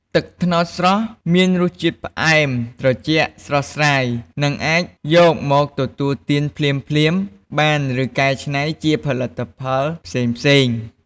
ទឹកត្នោតស្រស់មានរសជាតិផ្អែម ត្រជាក់ស្រស់ស្រាយ និងអាចយកមកទទួលទានភ្លាមៗបាន ឬកែច្នៃជាផលិតផលផ្សេងៗ។